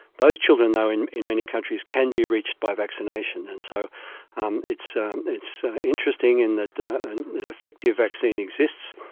those children though in in many countries can be reached by vaccination and so um it's it's interesting in that and an effective vaccine exists,